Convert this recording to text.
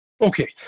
Okay